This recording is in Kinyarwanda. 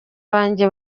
banjye